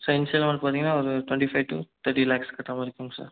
sir initial amount பார்த்தீங்கன்னா ஒரு twenty five to thirty lakhs கிட்ட வருதுங்க சார்